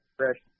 fresh